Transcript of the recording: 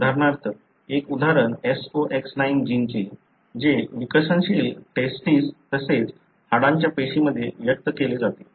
उदाहरणार्थ एक उदाहरण SOX9 जिनचे जे विकसनशील टेस्टीस तसेच हाडांच्या पेशींमध्ये व्यक्त केले जाते